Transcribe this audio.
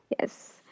Yes